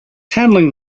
handling